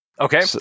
Okay